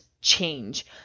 change